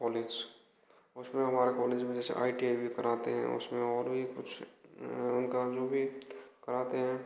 college उसमें हमारा college में जैसे आई टी आई भी करते हैं उसमें और भी कुछ उनका जो भी करते हैं